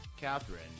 Catherine